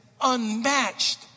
unmatched